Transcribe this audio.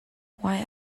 why